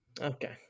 Okay